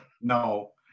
No